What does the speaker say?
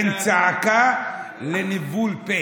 עם הצעקות שלך, יש הבדל בין צעקה לניבול פה.